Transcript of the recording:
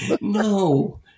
no